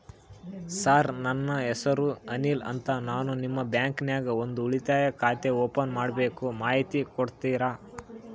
Sir ನನ್ನ ಹೆಸರು ಅನಿಲ್ ಅಂತ ನಾನು ನಿಮ್ಮ ಬ್ಯಾಂಕಿನ್ಯಾಗ ಒಂದು ಉಳಿತಾಯ ಖಾತೆ ಓಪನ್ ಮಾಡಬೇಕು ಮಾಹಿತಿ ಕೊಡ್ತೇರಾ?